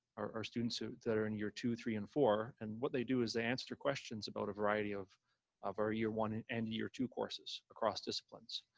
our our students that are in year two, three and four. and what they do is they answer questions about a variety of of our year one and year two courses across disciplines.